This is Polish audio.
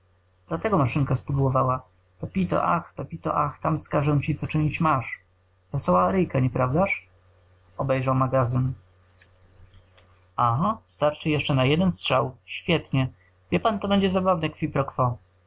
dlatego maszynka spudłowała pepito ach pepito ach tam wskażę ci co czynić masz wesoła aryjka nieprawdaż obejrzał magazyn aha starczy jeszcze na jeden strzał świetnie wie pan to będzie zabawne qui